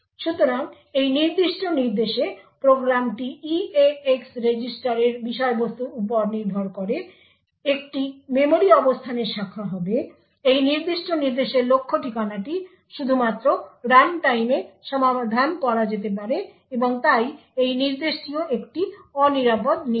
সুতরাং এই নির্দিষ্ট নির্দেশে প্রোগ্রামটি eax রেজিস্টারের বিষয়বস্তুর উপর নির্ভর করে একটি মেমরি অবস্থানের শাখা হবে এই নির্দিষ্ট নির্দেশের লক্ষ্য ঠিকানাটি শুধুমাত্র রানটাইমে সমাধান করা যেতে পারে এবং তাই এই নির্দেশটিও একটি অনিরাপদ নির্দেশ